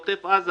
באזור עוטף עזה,